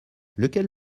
lequel